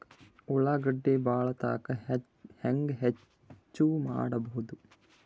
ಉಳ್ಳಾಗಡ್ಡಿ ಬಾಳಥಕಾ ಹೆಂಗ ಹೆಚ್ಚು ಮಾಡಬಹುದು?